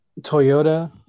Toyota